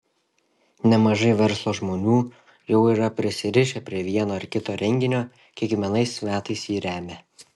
nemažai verslo žmonių jau yra prisirišę prie vieno ar kito renginio kiekvienais metais jį remią